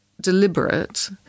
deliberate